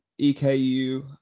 EKU